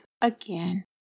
again